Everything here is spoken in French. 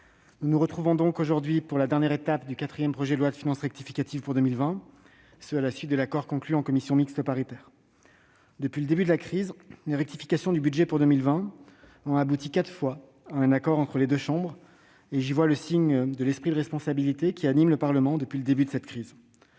nous nous retrouvons aujourd'hui pour la dernière étape du quatrième projet de loi de finances rectificative pour 2020, à la suite de l'accord conclu en commission mixte paritaire. Depuis le début de la crise, les rectifications du budget pour 2020 ont abouti quatre fois à un accord entre les deux chambres. J'y vois le signe de l'esprit de responsabilité qui anime le Parlement depuis le début de cette crise.